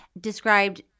described